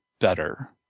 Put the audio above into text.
better